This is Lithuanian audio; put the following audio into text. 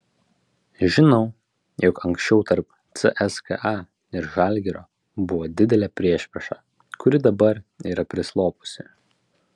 žinau jog anksčiau tarp cska ir žalgirio buvo didelė priešprieša kuri dabar yra prislopusi